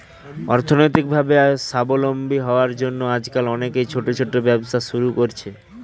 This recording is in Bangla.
অর্থনৈতিকভাবে স্বাবলম্বী হওয়ার জন্য আজকাল অনেকেই ছোট ছোট ব্যবসা শুরু করছে